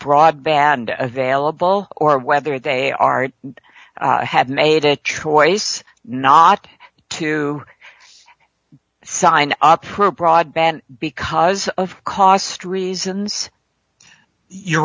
broadband available or whether they are have made a choice not to sign up for broadband because of cost reasons you